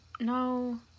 no